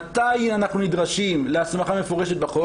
מתי אנחנו נדרשים להסמכה מפורשת בחוק?